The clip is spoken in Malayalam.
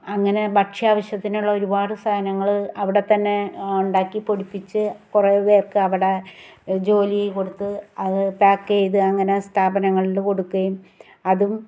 അങ്ങനെ ഭക്ഷ്യാവശ്യത്തിനുള്ള ഒരുപാട് സാധനങ്ങൾ അവിടെ തന്നെ ഉണ്ടാക്കി പൊടിപ്പിച്ച് കുറേ പേർക്ക് അവിടെ ജോലി കൊടുത്ത് അത് പാക്ക് ചെയ്ത് അങ്ങനെ സ്ഥാപനങ്ങളിൽ കൊടുക്കുകയും അതും